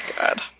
God